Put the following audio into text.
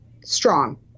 Strong